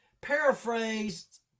paraphrased